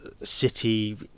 city